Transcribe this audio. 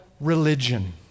religion